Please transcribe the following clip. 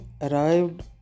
arrived